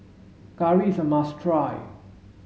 curry is a must try